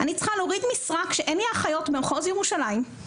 אני צריכה להוריד משרה כשאין לי אחיות ממחוז ירושלים.